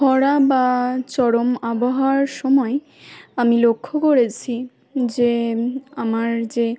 খরা বা চরম আবহাওয়ার সময় আমি লক্ষ করেছি যে আমার যে